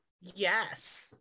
Yes